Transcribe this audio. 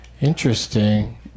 Interesting